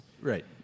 Right